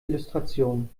illustration